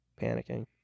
panicking